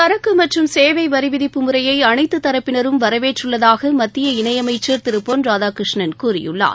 சரக்கு மற்றும் சேவை வரி விதிப்பு முறையை அனைத்து தரப்பினரும் வரவேற்றுள்ளதாக மத்திய இணையமைச்சர் திரு பொன் ராதாகிருஷ்ணன் கூறியுள்ளார்